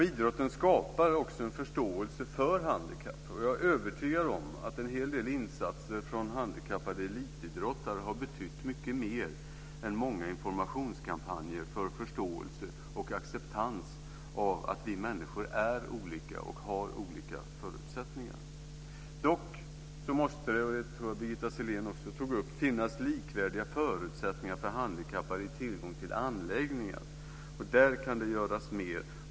Idrotten skapar också en förståelse för handikapp. Jag är övertygad om att en hel del insatser från handikappade elitidrottare har betytt mycket mer än många informationskampanjer för förståelse och acceptans av att vi människor är olika och har olika förutsättningar. Dock måste det, som jag tror att Birgitta Sellén också tog upp, finnas likvärdiga förutsättningar för handikappade att ha tillgång till anläggningar. Där kan det göras mer.